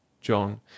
John